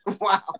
Wow